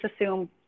assume